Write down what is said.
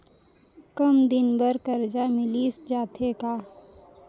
कम दिन बर करजा मिलिस जाथे का?